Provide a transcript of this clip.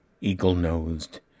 eagle-nosed